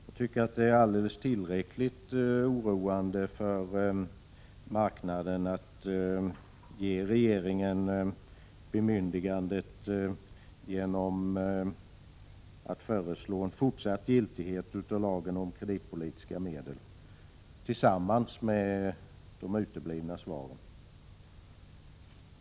Jag tycker att det är alldeles tillräckligt oroande för marknaden att ge regeringen bemyndigande genom att föreslå fortsatt giltighet av lagen om kreditpolitiska medel — förutom de uteblivna svaren.